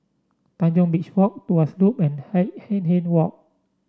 Tanjong Beach Walk Tuas Loop and Hindhede Walk